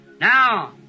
Now